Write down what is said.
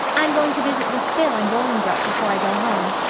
i'm going to visit with phil in bolingbroke before i go home.